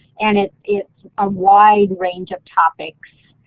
and it's it's a wide range of topics,